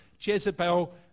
Jezebel